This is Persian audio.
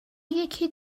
یکی